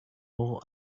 all